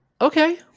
okay